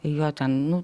jo ten nu